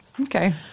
Okay